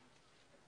המשרד?